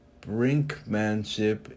brinkmanship